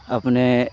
अपने